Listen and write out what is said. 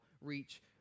reach